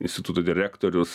instituto direktorius